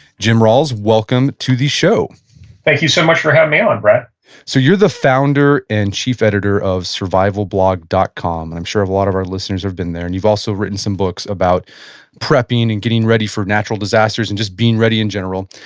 jim rawles, welcome to the show thank you so much for having me on, brett so you're the founder and chief editor of survivalblog dot com. i'm sure a lot of our listeners have been there, and you've also written some books about prepping and getting ready for natural disasters, and just being ready in general.